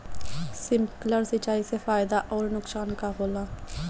Sprinkler सिंचाई से फायदा अउर नुकसान का होला?